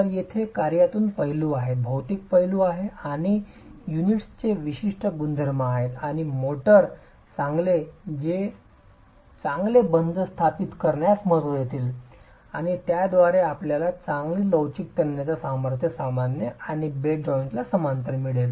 तर तेथे कार्यातून पैलू आहेत भौतिक पैलू आहेत आणि युनिट्सचे विशिष्ट गुणधर्म आहेत आणि मोर्टार आहेत जे चांगले बंध स्थापित करण्यास महत्त्व देतील आणि त्याद्वारे आपल्याला चांगली लवचिक तन्यता सामर्थ्य सामान्य आणि बेड जॉइंटला समांतर मिळेल